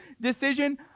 decision